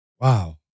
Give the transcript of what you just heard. Wow